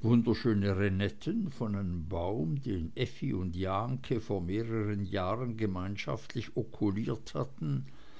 wunderschöne reinetten von einem baum den effi und jahnke vor mehreren jahren gemeinschaftlich okuliert hatten